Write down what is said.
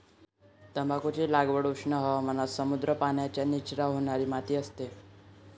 तंबाखूची लागवड उष्ण हवामानात समृद्ध, पाण्याचा निचरा होणारी माती असते